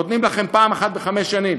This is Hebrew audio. נותנים לכם פעם אחת בחמש שנים,